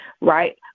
right